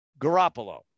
Garoppolo